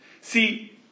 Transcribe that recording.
See